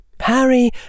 Harry